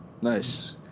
Nice